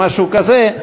או משהו כזה,